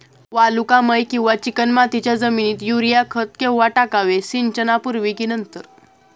वालुकामय किंवा चिकणमातीच्या जमिनीत युरिया खत केव्हा टाकावे, सिंचनापूर्वी की नंतर?